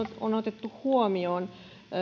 on otettu huomioon